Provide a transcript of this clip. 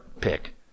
pick